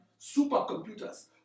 supercomputers